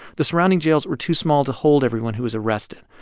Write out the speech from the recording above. the surrounding jails were too small to hold everyone who was arrested,